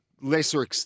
lesser